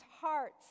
hearts